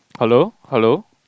hello hello